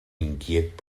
inquiet